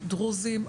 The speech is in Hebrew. דרוזים,